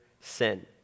sin